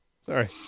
sorry